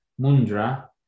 mundra